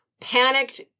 panicked